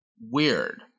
weird